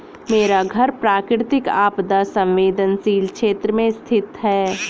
मेरा घर प्राकृतिक आपदा संवेदनशील क्षेत्र में स्थित है